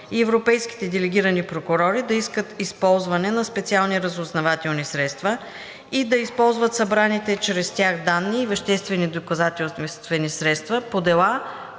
европейските делегирани прокурори да искат използване на специални разузнавателни средства и да използват събраните чрез тях данни и веществени доказателствени средства по дела